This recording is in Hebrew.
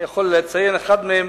אני יכול לציין אחד מהם: